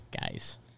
Guys